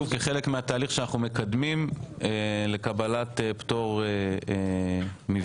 כחלק מהתהליך שאנחנו מקדמים לקבלת הפטור מוויזות,